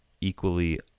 equally